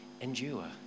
endure